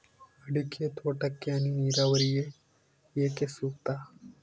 ಅಡಿಕೆ ತೋಟಕ್ಕೆ ಹನಿ ನೇರಾವರಿಯೇ ಏಕೆ ಸೂಕ್ತ?